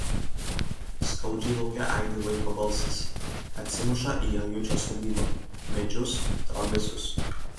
skaudžiai lauke aidi vaiko balsas atsimuša į ajučio sodybą medžius trobesius